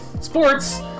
sports